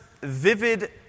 vivid